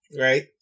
Right